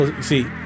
see